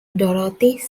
dorothy